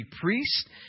priest